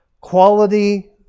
quality